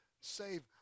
save